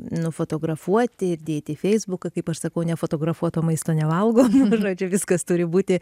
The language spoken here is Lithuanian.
nufotografuoti ir dėti į feisbuką kaip aš sakau nefotografuoto maisto nevalgo žodžiu viskas turi būti